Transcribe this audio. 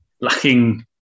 lacking